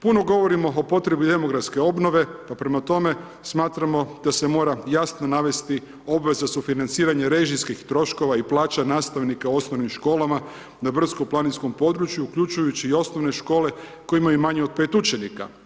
Puno govorimo o potrebi demografske obnove, pa prema tome, smatramo da se mora jasno navesti obveza sufinanciranja režijskih troškova i plaća nastavnika u osnovnim školama na brdsko planinskom području, uključujući i osnovne škole koje imaju manje od 5 učenika.